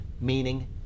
meaning